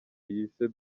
yise